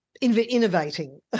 innovating